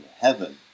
heaven